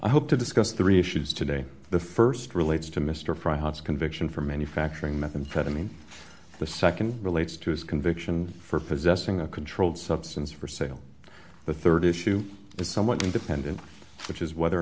i hope to discuss three issues today the st relates to mr fry his conviction for manufacturing methamphetamine the nd relates to his conviction for possessing a controlled substance for sale the rd issue is somewhat independent which is whether or